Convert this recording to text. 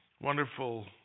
wonderful